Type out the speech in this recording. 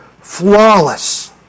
flawless